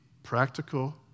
practical